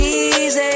easy